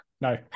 No